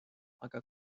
aga